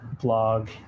blog